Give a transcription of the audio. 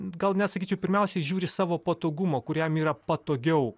gal net sakyčiau pirmiausiai žiūri savo patogumo kur jam yra patogiau